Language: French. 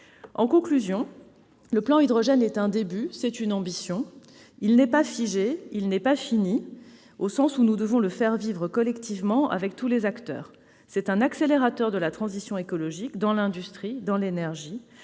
En conclusion, le plan Hydrogène n'est qu'un début. Il traduit une ambition. Il n'est pas figé, il n'est pas non plus fini, car nous devrons le faire vivre collectivement, avec tous les acteurs. C'est un accélérateur de la transition écologique, dans l'industrie, dans l'énergie